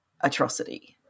atrocity